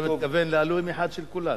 אתה מתכוון לאלוהים אחד של כולנו.